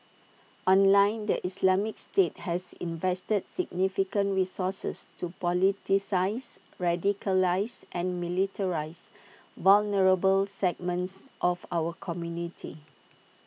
online the Islamic state has invested significant resources to politicise radicalise and militarise vulnerable segments of our community